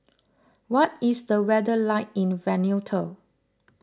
what is the weather like in Vanuatu